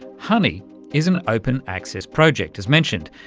huni is an open access project, as mentioned,